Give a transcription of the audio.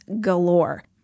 galore